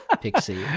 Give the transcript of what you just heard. Pixie